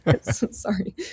sorry